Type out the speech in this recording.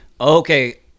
Okay